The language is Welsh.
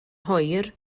hwyr